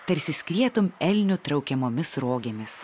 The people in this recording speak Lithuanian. tarsi skrietum elnių traukiamomis rogėmis